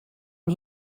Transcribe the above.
and